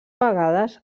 pagades